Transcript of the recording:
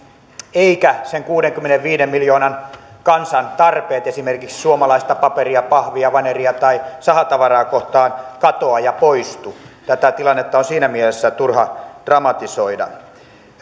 eivätkä sen kuudenkymmenenviiden miljoonan kansan tarpeet esimerkiksi suomalaista paperia pahvia vaneria tai sahatavaraa kohtaan katoa ja poistu tätä tilannetta on siinä mielessä turha dramatisoida